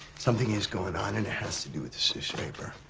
something is going on and it has to do with this newspaper.